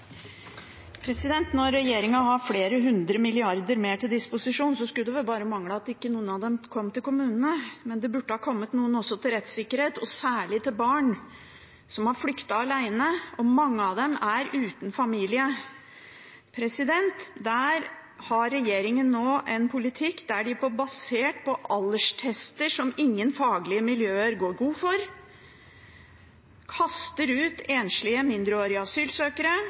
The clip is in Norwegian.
Når regjeringen har flere hundre milliarder mer til disposisjon, skulle det bare mangle at ikke noen av dem kom til kommunene. Men det burde ha kommet noen også til rettssikkerhet, og særlig for barn som har flyktet alene, og mange av dem er uten familie. Der har regjeringen nå en politikk der de basert på alderstester som ingen faglige miljøer går god for, kaster ut enslige mindreårige asylsøkere